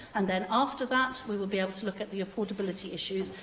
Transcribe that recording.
and then, after that, we will be able to look at the affordability issues,